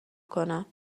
کنم